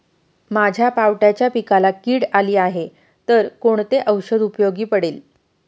माझ्या पावट्याच्या पिकाला कीड झाली आहे तर कोणते औषध उपयोगी पडेल?